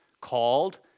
called